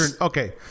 Okay